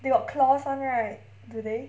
they claws one right do they